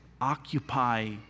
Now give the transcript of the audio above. occupy